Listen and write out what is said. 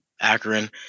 akron